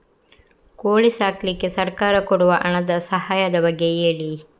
ಕೋಳಿ ಸಾಕ್ಲಿಕ್ಕೆ ಸರ್ಕಾರ ಕೊಡುವ ಹಣದ ಸಹಾಯದ ಬಗ್ಗೆ ಹೇಳಿ